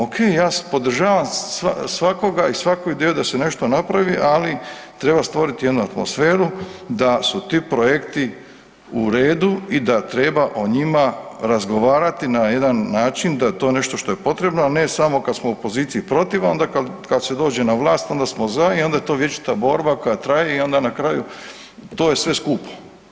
Ok, ja vas podržavam svakoga i svaku ideju da se nešto napravi, ali treba stvoriti onu atmosferu da su ti projekti u redu i da treba o njima razgovarati na jedan način da to nešto što je potrebno a ne samo kad smo u opoziciji protiv, onda kad se dođe na vlast, onda smo za i onda je to vječita borba koja traje i onda na kraju to je sve skupo.